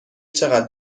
چقدر